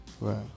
Right